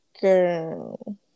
girl